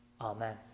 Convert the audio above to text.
Amen